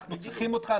אנחנו צריכים אותך,